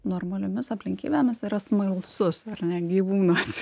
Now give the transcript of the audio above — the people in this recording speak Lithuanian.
normaliomis aplinkybėmis yra smalsus ar ne gyvūnas